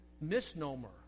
misnomer